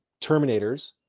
Terminators